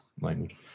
language